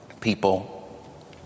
people